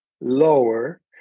lower